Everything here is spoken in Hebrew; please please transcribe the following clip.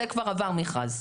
זה כבר עבר מכרז?